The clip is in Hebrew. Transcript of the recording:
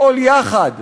לפעול יחד,